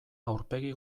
aurpegi